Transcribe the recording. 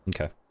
okay